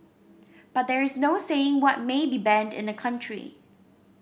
but there is no saying what may be banned in a country